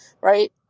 right